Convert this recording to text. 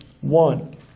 one